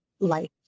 life